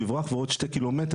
הנתונים שדיברו איתי קודם לכן,